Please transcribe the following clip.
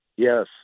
Yes